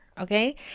Okay